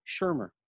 Shermer